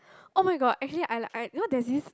[oh]-my-god actually I I you know there's this